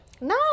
no